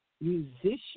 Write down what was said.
musician